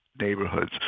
neighborhoods